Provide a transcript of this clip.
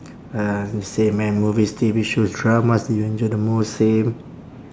uh same man movies T_V shows dramas do you enjoy the most same